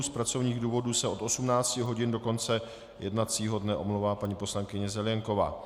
Z pracovních důvodů se od 18 hodin do konce jednacího dne omlouvá paní poslankyně Zelienková.